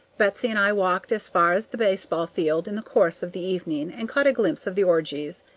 betsy and i walked as far as the baseball field in the course of the evening, and caught a glimpse of the orgies.